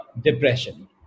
depression